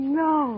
no